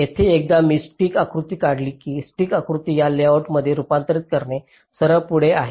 येथे एकदा मी स्टिक आकृती काढली की स्टिक आकृती या लेआउटमध्ये रूपांतरित करणे सरळ पुढे आहे